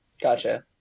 Gotcha